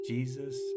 Jesus